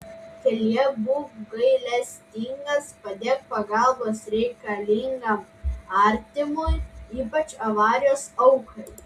kelyje būk gailestingas padėk pagalbos reikalingam artimui ypač avarijos aukai